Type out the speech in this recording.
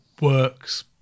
works